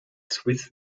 swiss